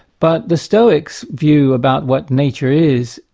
but the stoics' view about what nature is,